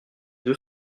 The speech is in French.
deux